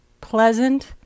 Pleasant